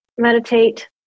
meditate